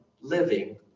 living